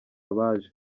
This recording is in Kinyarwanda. abaje